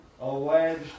alleged